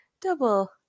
double